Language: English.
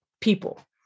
people